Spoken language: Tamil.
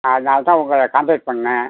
அதனால் தான் உங்களை காண்டெட் பண்ணேன்